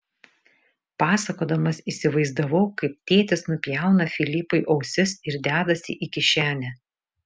pasakodamas įsivaizdavau kaip tėtis nupjauna filipui ausis ir dedasi į kišenę